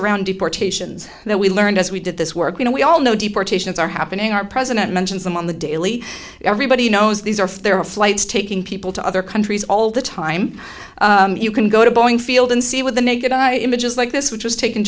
around deportations that we learned as we did this work you know we all know deportations are happening our president mentions them on the daily everybody knows these are there are flights taking people to other countries all the time you can go to boeing field and see with the naked eye images like this which was taken